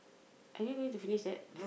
are you going to finish that